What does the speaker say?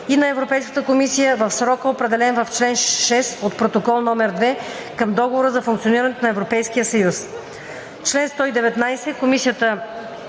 и на Европейската комисия в срока, определен в чл. 6 от Протокол (№ 2) към Договора за функционирането на Европейския съюз.“ Комисията